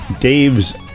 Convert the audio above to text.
Dave's